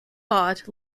lott